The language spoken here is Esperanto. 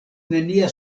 nenia